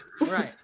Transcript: right